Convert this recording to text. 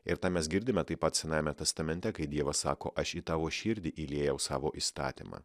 ir tą mes girdime taip pat senajame testamente kai dievas sako aš į tavo širdį įliejau savo įstatymą